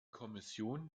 kommission